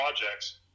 projects